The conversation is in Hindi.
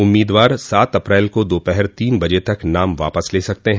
उम्मीदवार सात अप्रैल को दोपहर तीन बजे तक नाम वापस ले सकते हैं